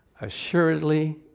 assuredly